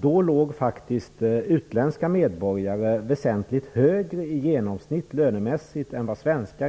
som visade att utländska medborgare 1967 lönemässigt låg väsentligt högre i genomsnitt än svenskarna.